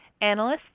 Analysts